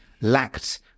lacked